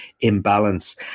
imbalance